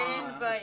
אין בעיה.